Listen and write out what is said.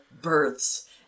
births